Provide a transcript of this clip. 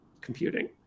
computing